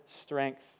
strength